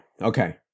Okay